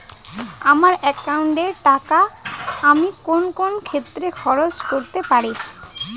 আমার একাউন্ট এর টাকা আমি কোন কোন ক্ষেত্রে খরচ করতে পারি?